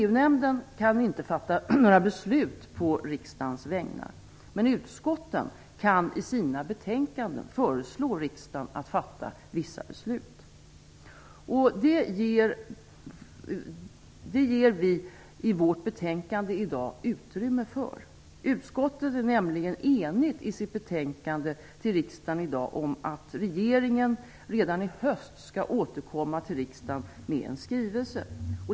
EU-nämnden kan inte fatta några beslut på riksdagens vägnar, men utskotten kan i sina betänkanden föreslå riksdagen att fatta vissa beslut. Detta ger vi i vårt betänkande i dag utrymme för. Utskottet är nämligen enigt i sitt betänkande till riksdagen, att regeringen redan i höst skall återkomma till riksdagen med en skrivelse.